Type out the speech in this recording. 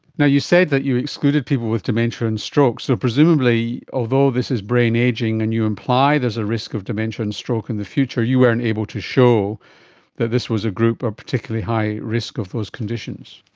yeah you said that you excluded people with dementia and stroke, so presumably although this is brain ageing and you imply there's a risk of dementia and stroke in the future you weren't able to show that this was a group at ah particularly high risk of those conditions.